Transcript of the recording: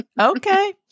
Okay